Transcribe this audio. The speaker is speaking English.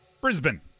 Brisbane